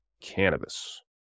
cannabis